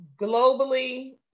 globally